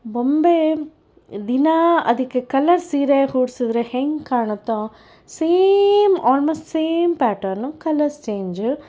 ಗೊಂಬೆ ದಿನ ಅದಕ್ಕೆ ಕಲರ್ ಸೀರೆ ಕೂರಿಸಿದ್ರೆ ಹೆಂಗೆ ಕಾಣುತ್ತೋ same almost same pattern colours change